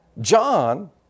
John